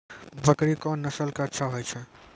बकरी कोन नस्ल के अच्छा होय छै?